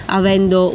avendo